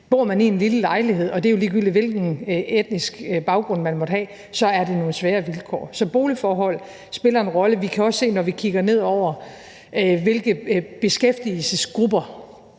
Bor man i en lille lejlighed, og det er jo ligegyldigt, hvilken etnisk baggrund man måtte have, er det nogle svære vilkår. Så boligforhold spiller en rolle. Vi kan også se, når vi kigger ned over, hvilke beskæftigelsesgrupper,